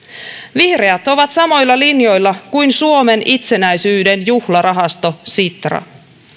vihreät ovat samoilla linjoilla kuin suomen itsenäisyyden juhlarahasto sitra